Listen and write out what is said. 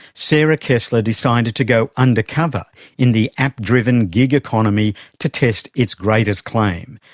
sarah kessler decided to go undercover in the app-driven gig economy to test its greatest claim,